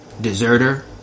deserter